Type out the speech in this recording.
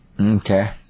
Okay